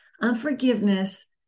Unforgiveness